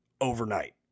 overnight